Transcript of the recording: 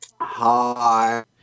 Hi